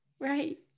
Right